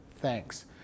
thanks